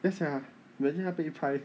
ya sia imagine 他被拍